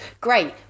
great